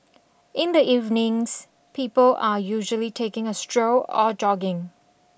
in the evenings people are usually taking a stroll or jogging